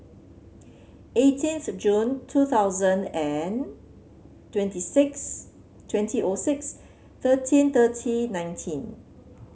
eighteenth June two thousand and twenty six twenty O six thirteen thirty nineteen